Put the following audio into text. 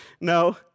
No